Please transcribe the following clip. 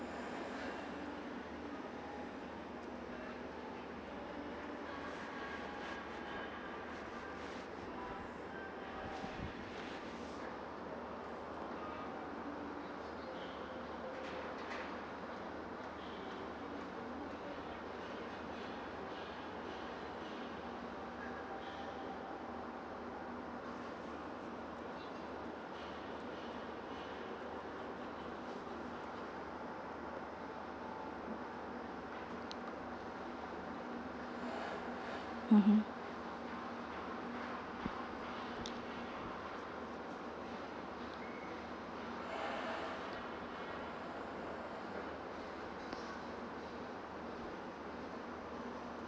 mmhmm